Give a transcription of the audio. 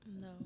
No